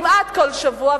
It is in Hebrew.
כמעט בכל שבוע,